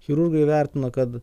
chirurgai įvertino kad